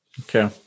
okay